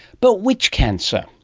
but which cancer?